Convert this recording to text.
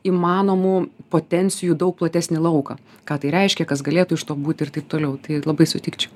įmanomų potencijų daug platesnį lauką ką tai reiškia kas galėtų iš to būti ir taip toliau tai labai sutikčiau